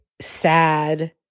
sad